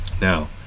Now